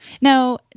Now